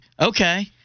okay